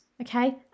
Okay